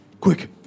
Quick